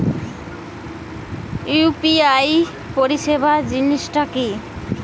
UPI পরিসেবা জিনিসটা কি?